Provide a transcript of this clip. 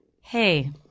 Hey